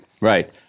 Right